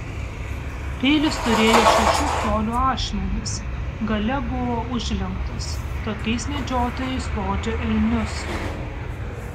peilis turėjo šešių colių ašmenis gale buvo užlenktas tokiais medžiotojai skrodžia elnius